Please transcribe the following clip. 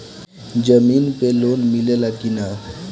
जमीन पे लोन मिले ला की ना?